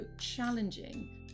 challenging